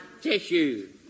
tissue